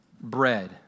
bread